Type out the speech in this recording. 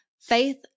Faith